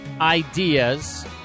ideas